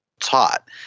taught